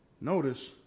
Notice